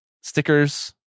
Stickers